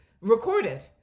recorded